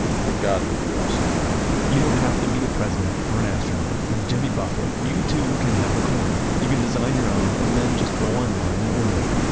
my god, we do awesome work you don't have to be a president or an astronaut or jimmy buffett. you too can have a coin. you can design your own and then just go online and order it.